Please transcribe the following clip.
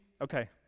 Okay